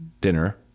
dinner